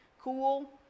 Cool